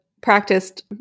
practiced